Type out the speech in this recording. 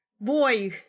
boy